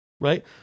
Right